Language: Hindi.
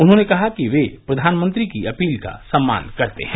उन्होंने कहा कि वे प्रधानमंत्री की अपील का सम्मान करते हैं